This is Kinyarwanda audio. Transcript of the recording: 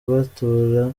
batura